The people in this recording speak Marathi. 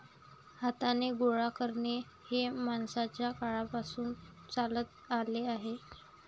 हाताने गोळा करणे हे माणसाच्या काळापासून चालत आले आहे